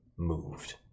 moved